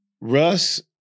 Russ